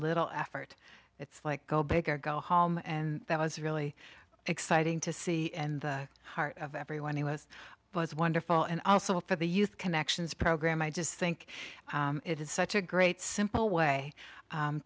little effort it's like go big or go home and that was really exciting to see and the heart of everyone he was was wonderful and also for the youth connections program i just think it is such a great simple way